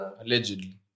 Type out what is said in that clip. Allegedly